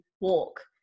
walk